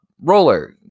Roller